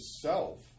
self